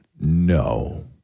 No